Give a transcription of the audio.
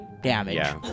damage